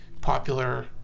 popular